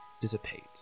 dissipate